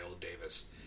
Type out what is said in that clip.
Davis